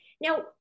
Now